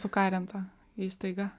sukarinta įstaiga